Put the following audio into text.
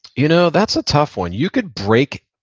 you know that's a tough one. you could break,